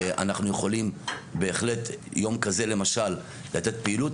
אנחנו יכולים בהחלט יום כזה למשל לתת פעילות,